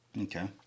Okay